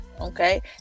okay